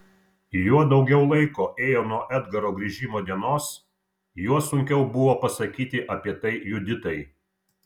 juo daugiau laiko ėjo nuo edgaro grįžimo dienos juo sunkiau buvo pasakyti apie tai juditai